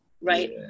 right